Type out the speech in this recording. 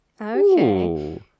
Okay